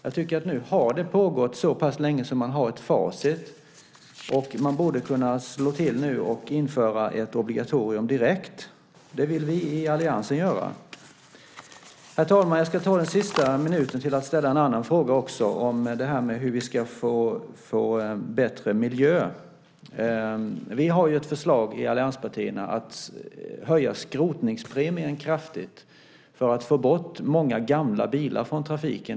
Jag tycker att det nu har pågått så pass länge att man har ett facit. Man borde kunna slå till nu och införa ett obligatorium direkt. Det vill vi i alliansen göra. Herr talman! Jag ska använda den sista minuten till att ställa en annan fråga, om hur vi ska få bättre miljö. Vi har ett förslag i allianspartierna om att höja skrotningspremien kraftigt för att få bort många gamla bilar från trafiken.